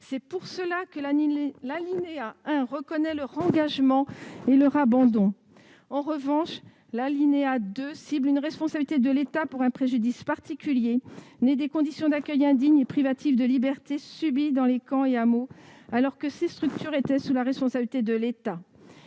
pourquoi l'alinéa 1 reconnaît leur engagement et leur abandon. En revanche, l'alinéa 2 cible une responsabilité de l'État pour un préjudice particulier, né des conditions d'accueil indignes et privatives de liberté subies dans les camps et hameaux, alors que ces structures étaient sous la responsabilité de l'État.